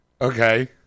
Okay